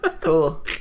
Cool